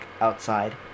outside